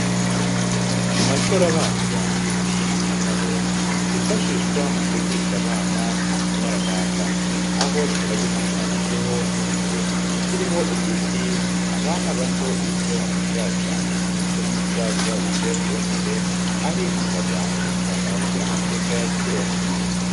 Mu mashuri abanza hari igitabo kifashishwa mu kwigisha abana umuco nyarwanda. Aho kiba gishushanyijeho inzu, kiriho igiti, abana bato bicaye mu mucaca ndetse n'umusaza wicaye ku ntebe, ari kubaganiriza ababwira amateka ya kera.